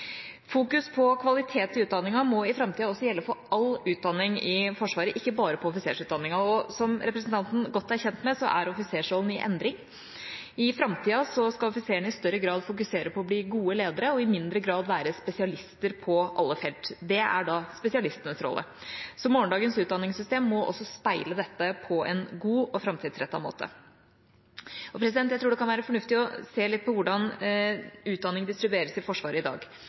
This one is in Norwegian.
Fokus på kvalitet i utdanningen må i framtida gjelde all utdanning i Forsvaret, ikke bare offisersutdanningen. Som representanten er godt kjent med, er offiserrollen i endring. I framtida skal offiserene i større grad fokusere på å bli gode ledere og i mindre grad være spesialister på alle felt. Det er da spesialistenes rolle. Morgendagens utdanningssystem må speile dette på en god og framtidsrettet måte. Jeg tror det kan være fornuftig å se litt på hvordan utdanning distribueres i Forsvaret i dag.